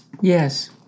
Yes